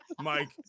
Mike